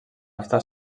està